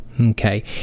okay